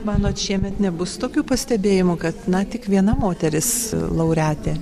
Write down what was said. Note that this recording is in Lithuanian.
manot šiemet nebus tokių pastebėjimų kad na tik viena moteris laureatė